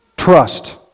Trust